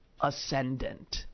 ascendant